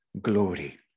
glory